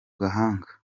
gahanga